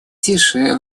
тише